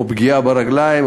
או פגיעה ברגליים,